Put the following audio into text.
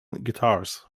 guitars